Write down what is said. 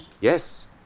Yes